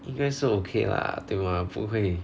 应该是 okay lah 对 mah 不会